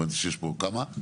הבנתי שיש פה כמה,